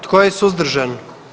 Tko je suzdržan?